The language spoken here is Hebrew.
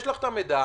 יש לך את המידע,